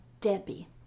Debbie